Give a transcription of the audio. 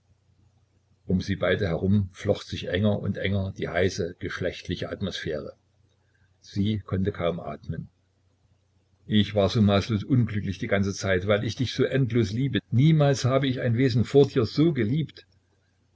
um sie beide herum flocht sich enger und enger die heiße geschlechtliche atmosphäre sie konnte kaum atmen ich war so maßlos unglücklich die ganze zeit weil ich dich so endlos liebe niemals hab ich ein wesen vor dir so geliebt